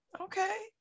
Okay